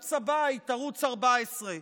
לערוץ הבית, ערוץ 14,